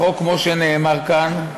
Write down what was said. החוק, כמו שנאמר כאן,